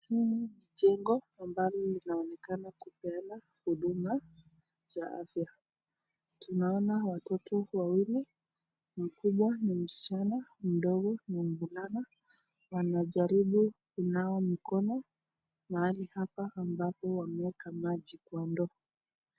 Hii ni jengo ambalo linaonekana kupeana huduma za afaya. Tunaona watoto wawili mkubwa ni msichana mdogo ni mvulana. Wanajaribu kunawa mikono mahali hapa ambapo wamewekwa maji kwa ndoo.